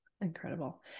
incredible